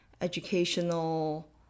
educational